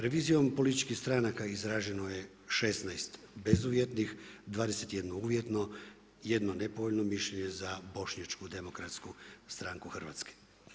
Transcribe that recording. Revizijom političkih stranaka izraženo je 16 bezuvjetnih, 21 uvjetno, jedno nepovoljno mišljenje za bošnjačku demokratsku stranku Hrvatske.